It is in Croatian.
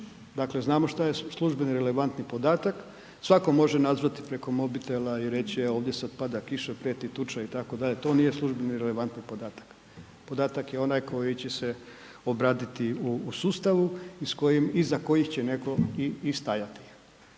Dakle znamo što je službeni relevantni podatak. Svatko može nazvati preko mobitela i reći e ovdje sada pada kiša, prijeti tuča itd., to nije službeni relevantni podatak. Podatak je onaj koji će se obraditi u sustavu i iza kojih će netko i stajati.